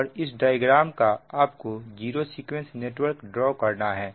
और इस डायग्राम का आपको जीरो सीक्वेंस नेटवर्क ड्रॉ करना है